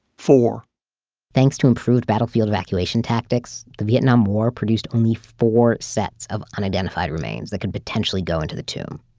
four point thanks to improved battlefield evacuation tactics, the vietnam war produced only four sets of unidentified remains that could potentially go into the tomb.